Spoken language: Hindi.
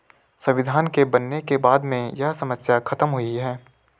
संविधान के बनने के बाद में यह समस्या खत्म हुई है